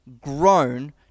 grown